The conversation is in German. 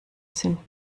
sind